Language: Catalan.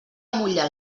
amollar